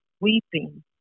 Weeping